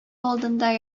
алдында